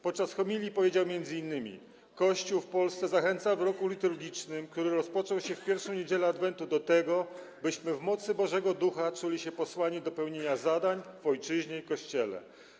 Podczas homilii powiedział m.in.: Kościół w Polsce zachęca w roku liturgicznym, który rozpoczął się w pierwszą niedzielę adwentu, do tego, byśmy w mocy Bożego Ducha czuli się posłani do pełnienia zadań w ojczyźnie i Kościele.